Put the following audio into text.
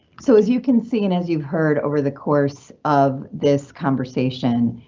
so as you can see, and as you've heard over the course of this conversation,